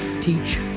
Teach